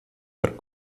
per